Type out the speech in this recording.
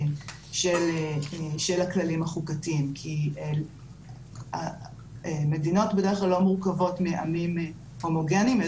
של הכללים החוקתיים כי מדינות בדרך כלל לא מורכבות מעמים הומוגניים,